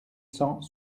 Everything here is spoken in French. cent